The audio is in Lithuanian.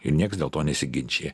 ir niekas dėl to nesiginčija